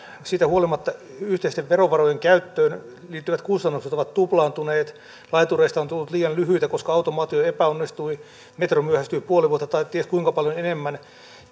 siitä huolimatta yhteisten verovarojen käyttöön liittyvät kustannukset ovat tuplaantuneet laitureista on tullut liian lyhyitä koska automaatio epäonnistui metro myöhästyy puoli vuotta tai ties kuinka paljon enemmän